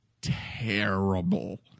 terrible